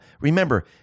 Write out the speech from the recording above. Remember